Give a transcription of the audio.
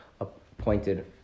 appointed